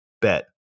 bet